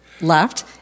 left